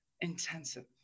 intensive